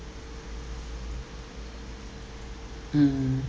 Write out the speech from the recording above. mm